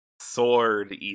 Sword